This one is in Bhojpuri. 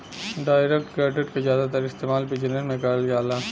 डाइरेक्ट क्रेडिट क जादातर इस्तेमाल बिजनेस में करल जाला